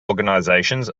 organisations